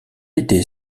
était